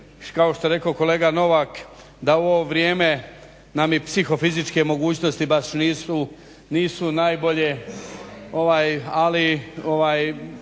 kao što je rekao kolega Novak da ovo vrijeme nam je psihofizičke mogućnosti baš nisu najbolje, ovaj